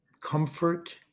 comfort